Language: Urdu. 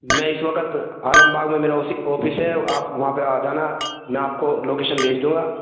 میں اس وقت عالم باغ میں میرا آفس ہے آپ وہاں پہ آ جانا میں آپ کو لوکیشن بھیج دوں گا